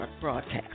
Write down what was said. broadcast